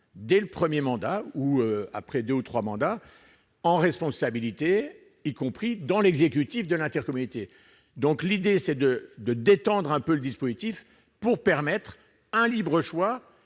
dès le premier mandat ou après deux ou trois mandats, des responsabilités, y compris dans l'exécutif de l'intercommunalité. L'idée, c'est de détendre un peu le dispositif pour permettre un choix